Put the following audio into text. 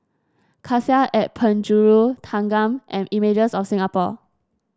Cassia at Penjuru Thanggam and Images of Singapore